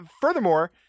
furthermore